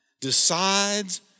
decides